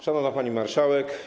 Szanowna Pani Marszałek!